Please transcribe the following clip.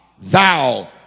thou